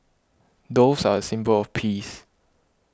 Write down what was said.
doves are a symbol of peace